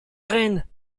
reine